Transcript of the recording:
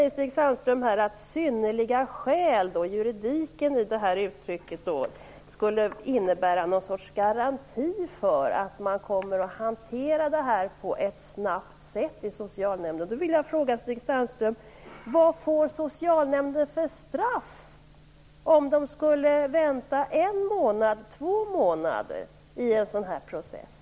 Stig Sandström säger också att juridiken i uttrycket "synnerliga skäl" skulle innebära någon sorts garanti för att socialnämnderna kommer att hantera detta på ett snabbt sätt. Jag vill fråga Stig Sandström: Vad får socialnämnderna för straff om de skulle vänta en eller två månader i en sådan här process?